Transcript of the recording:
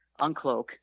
uncloak